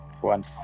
one